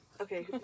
Okay